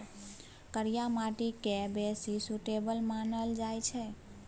करिया माटि केँ बेसी सुटेबल मानल जाइ छै